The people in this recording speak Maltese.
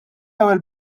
ewwel